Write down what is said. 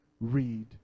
Read